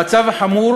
המצב החמור